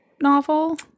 novel